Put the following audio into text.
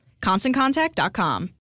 ConstantContact.com